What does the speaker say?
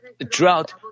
drought